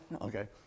Okay